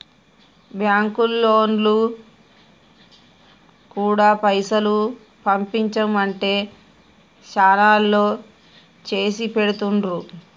బాంకులోల్లు గూడా పైసలు పంపించుమంటే శనాల్లో చేసిపెడుతుండ్రు